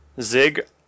Zig